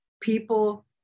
people